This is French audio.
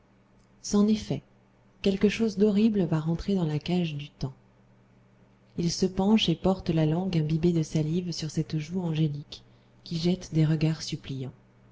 est fait quelque chose d'horrible va rentrer dans la cage du temps il se penche et porte la langue imbibée de salive sur cette joue angélique qui jette des regards suppliants